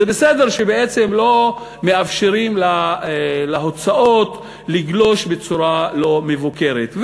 זה בסדר שבעצם לא מאפשרים להוצאות לגלוש בצורה לא מבוקרת,